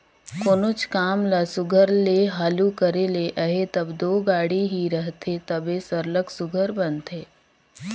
कोनोच काम ल सुग्घर ले हालु करे ले अहे तब दो गाड़ी ही रहथे तबे सरलग सुघर बनथे